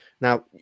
now